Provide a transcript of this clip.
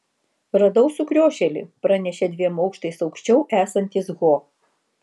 radau sukriošėlį pranešė dviem aukštais aukščiau esantis ho